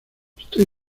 estoy